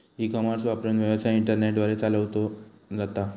E commerce वापरून, व्यवसाय internet द्वारे चालवलो जाता